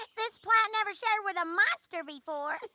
this plant never shared with a monster before.